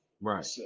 Right